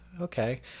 okay